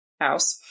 house